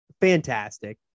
Fantastic